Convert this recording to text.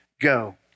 go